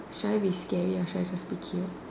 should I be scary or should I just be cute